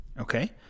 okay